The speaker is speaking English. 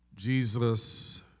Jesus